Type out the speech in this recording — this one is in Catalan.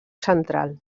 central